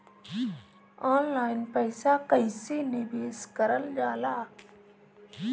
Online पईसा कईसे निवेश करल जाला?